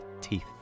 Teeth